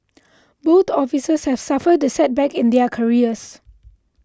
both officers have suffered the setback in their careers